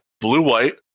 blue-white